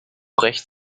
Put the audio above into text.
rächt